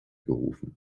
gerufen